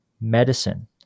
medicine